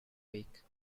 week